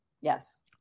Yes